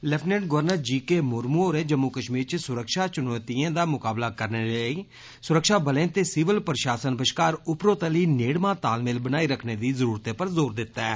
lieutenant governor G K Murmu होरें जम्मू कष्मीर च सुरक्षा चुनोतिएं दा मकाबला करने लेई सुरक्षाबलें ते सिविल प्रषासन बष्कार उपरोतली नेड़मा तालमेल बनाई रखने दी जरूरतै पर जोर दित्ता ऐ